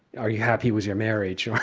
are you happy with your marriage?